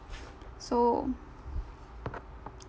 so